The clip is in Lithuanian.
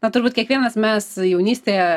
na turbūt kiekvienas mes jaunystėje